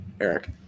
eric